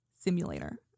simulator